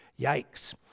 Yikes